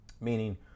Meaning